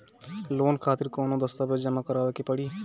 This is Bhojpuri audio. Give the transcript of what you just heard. लोन खातिर कौनो दस्तावेज जमा करावे के पड़ी?